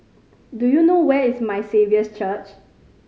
do you know where is My Saviour's Church